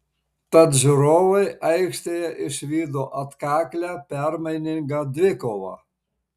tad žiūrovai aikštėje išvydo atkaklią permainingą dvikovą